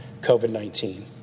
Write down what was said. COVID-19